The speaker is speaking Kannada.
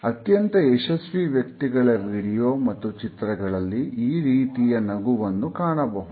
ಅತ್ಯಂತ ಯಶಸ್ವಿ ವ್ಯಕ್ತಿಗಳ ವಿಡಿಯೋ ಮತ್ತು ಚಿತ್ರಗಳಲ್ಲಿ ಈ ರೀತಿಯ ನಗುವನ್ನು ಕಾಣಬಹುದು